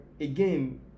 again